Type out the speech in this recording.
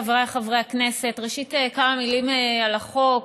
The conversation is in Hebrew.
חבריי חברי הכנסת, ראשית, כמה מילים על החוק.